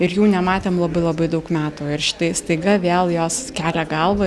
ir jų nematėm labai labai daug metų ir štai staiga vėl jos kelia galvą